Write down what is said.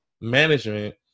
management